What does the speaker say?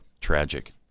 Tragic